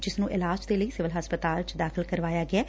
ਜਿਸ ਨੂੰ ਇਲਾਜ ਦੇ ਲਈ ਸਿਵਲ ਹਸਪਤਾਲ ਦਾਖਿਲ ਕਰਵਾਇਆ ਗਿਐ